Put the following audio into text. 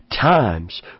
times